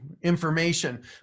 information